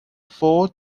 four